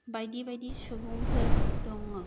बायदि बायदि सुबुंफोर दङ